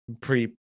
pre